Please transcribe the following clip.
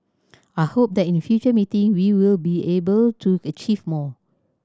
I hope that in future meeting we will be able to achieve more